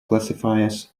classifiers